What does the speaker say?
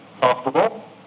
comfortable